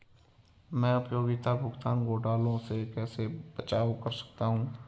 मैं उपयोगिता भुगतान घोटालों से कैसे बचाव कर सकता हूँ?